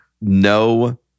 No